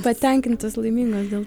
patenkintas laimingas dėl